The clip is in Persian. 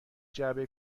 جعبه